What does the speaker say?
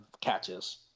catches